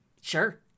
Sure